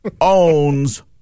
owns